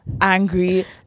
angry